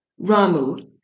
Ramu